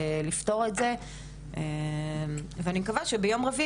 לפתור את זה ואני מקווה שביום רביעי,